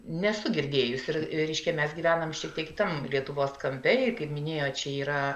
nesu girdėjusi reiškia mes gyvenam šiek tiek kitam lietuvos kampe ir kaip minėjau čia yra